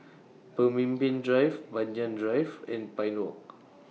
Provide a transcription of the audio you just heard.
Pemimpin Drive Banyan Drive and Pine Walk